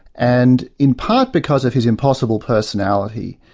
and, in part because of his impossible personality,